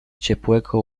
ciepłego